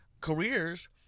careers